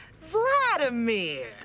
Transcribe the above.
Vladimir